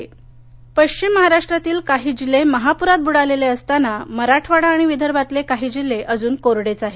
पर दष्काळ पश्विम महाराष्ट्रातील काही जिल्हे महापुरात बुडालेले असताना मराठवाडा आणि विदर्भातले काही जिल्हे अजून कोरडेच आहेत